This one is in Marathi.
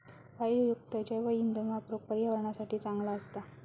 वायूयुक्त जैवइंधन वापरुक पर्यावरणासाठी चांगला असता